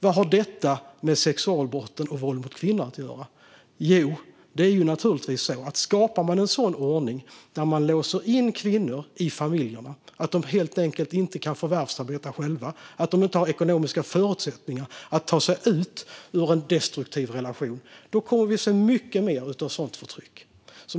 Vad har detta med sexualbrott och våld mot kvinnor att göra? Jo, skapar man en ordning där man låser in kvinnor i familjerna så att de helt enkelt inte kan förvärvsarbeta har de inte heller ekonomiska förutsättningar att ta sig ut ur en destruktiv relation. Då kommer vi att få se mycket mer av sådant förtryck.